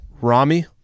Rami